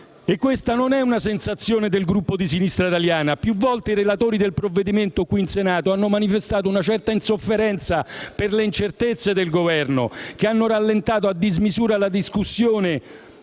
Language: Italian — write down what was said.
Questa non è una sensazione del Gruppo di Sinistra Italiana: più volte i relatori del provvedimento qui in Senato hanno manifestato una certa insofferenza per le incertezze del Governo, che hanno rallentato a dismisura la discussione;